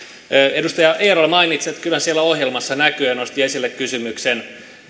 edustaja eerola mainitsi että kyllä se siellä ohjelmassa näkyy ja nosti esille kysymyksen